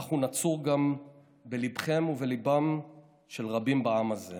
כך הוא נצור גם בליבכם ובליבם של רבים בעם הזה.